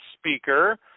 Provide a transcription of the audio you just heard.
speaker